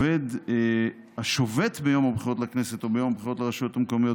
עובד השובת ביום הבחירות לכנסת או ביום הבחירות לרשויות המקומיות